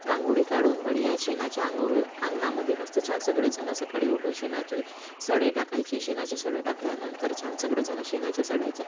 रांगोळी काढून बढिया शेणाच्या आंगो अंगणामध्ये मस्त छान सगळे जणं सकाळी उठून शेणाचे सडे टाकायचे शेणाचे सडे टाकल्यानंतर छान सगळेजणं शेणाच्या सड्याचे